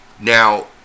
now